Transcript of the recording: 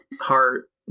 Heart